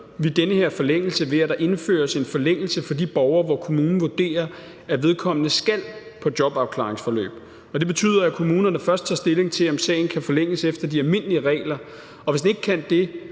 vi den her forlængelse, ved at der indføres en forlængelse for de borgere, hvor kommunen vurderer, at vedkommende skal i jobafklaringsforløb. Og det betyder, at kommunerne først tager stilling til, om sagen kan forlænges efter de almindelige regler, og hvis den ikke kan det